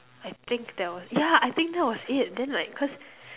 I think there was yeah I think that was it then like cause